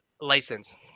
license